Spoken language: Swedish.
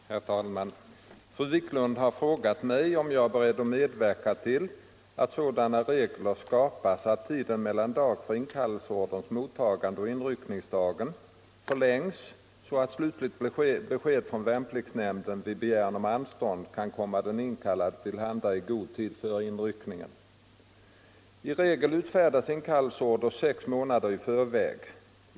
Herr talman! Fru Wiklund har frågat mig om jag är beredd att medverka till att sådana regler skapas att tiden mellan dag för inkallelseorders mottagande och inställelsedagen förlängs så att slutligt besked från värnpliktsnämnden vid begäran om anstånd kan komma den inkallade till handa i god tid före inryckningsdagen. I regel utfärdas inkallelseorder sex månader i förväg.